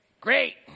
great